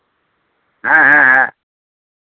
ᱦᱮᱸ ᱦᱮᱸ ᱦᱮᱸ